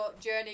journey